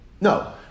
No